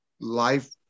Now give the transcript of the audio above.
life